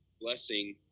blessing